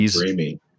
dreamy